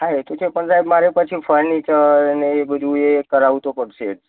હા એ તો છે પણ સાહેબ મારે પછી ફર્નિચર ને એ બધું એ કરાવવું તો પડશે જ